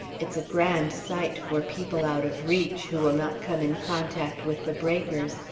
it's a grand sight for people out of reach, who will not come in contact with the breakers,